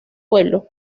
pueblo